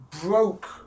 broke